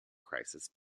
crisis